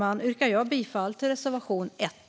Jag yrkar härmed bifall till reservation 1.